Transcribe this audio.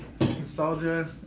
Nostalgia